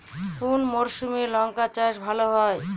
কোন মরশুমে লঙ্কা চাষ ভালো হয়?